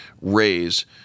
raise